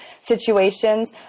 situations